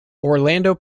orlando